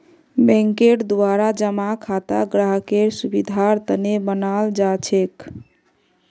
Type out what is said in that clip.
बैंकेर द्वारा जमा खाता ग्राहकेर सुविधार तने बनाल जाछेक